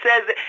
says